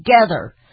together